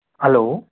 hello